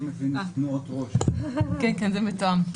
זה מתואם.